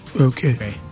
Okay